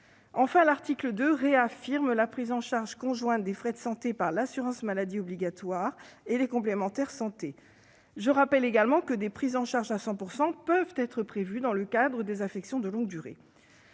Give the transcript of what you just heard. Enfin, l'article 2 réaffirme la prise en charge conjointe des frais de santé par l'assurance maladie obligatoire et les complémentaires santé. Je rappelle également que des prises en charge à 100 % peuvent être prévues pour les affections de longue durée